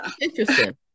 Interesting